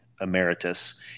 emeritus